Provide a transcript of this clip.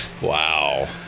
Wow